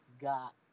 got